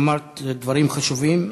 אמרת דברים חשובים.